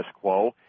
quo